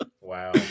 Wow